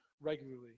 regularly